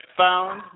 found